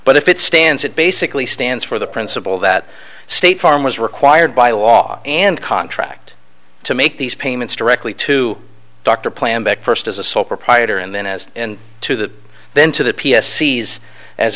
but if it stands it basically stands for the principle that state farm was required by law and contract to make these payments directly to doctor plan back first as a sole proprietor and then as in to that then to the p s sees as